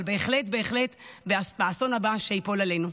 אבל בהחלט בהחלט באסון הבא שייפול עלינו,